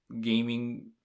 gaming